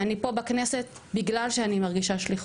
אני פה בכנסת בגלל שאני מרגישה שליחות.